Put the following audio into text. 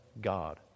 God